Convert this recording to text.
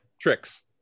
Tricks